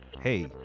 Hey